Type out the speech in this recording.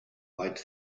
weit